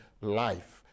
life